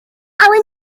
alun